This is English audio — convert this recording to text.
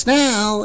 now